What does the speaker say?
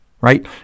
Right